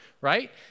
right